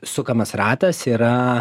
sukamas ratas yra